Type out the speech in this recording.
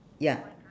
ya